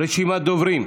רשימת דוברים.